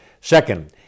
Second